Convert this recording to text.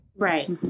Right